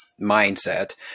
mindset